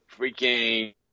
freaking